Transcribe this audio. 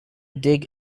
dig